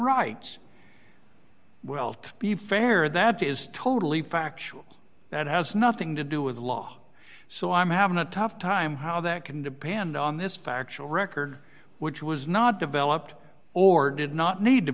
rights well to be fair that is totally factual that has nothing to do with the law so i'm having a tough time how that can depend on this factual record which was not developed or did not need to